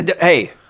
Hey